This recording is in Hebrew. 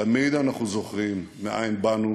ותמיד אנחנו זוכרים מאין באנו